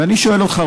ואני שואל אותך,